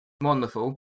Wonderful